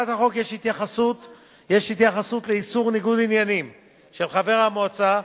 בהצעת החוק יש התייחסות לאיסור ניגוד עניינים של חבר המועצה,